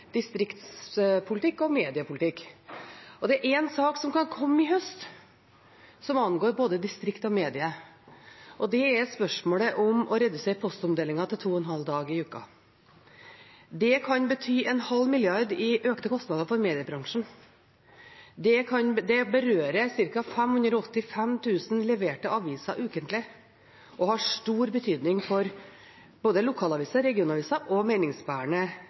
distriktspolitikk og mediepolitikk. Det er en sak som kan komme i høst, som angår både distrikt og medier. Det er spørsmålet om å redusere postomdelingen til to og en halv dag i uka. Det kan bety en halv milliard kroner i økte kostnader for mediebransjen. Det berører ca. 585 000 leverte aviser ukentlig og har stor betydning for både lokalaviser, regionaviser og meningsbærende